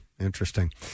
interesting